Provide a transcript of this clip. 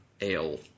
ale